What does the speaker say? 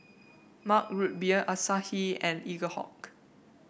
Mug Root Beer Asahi and Eaglehawk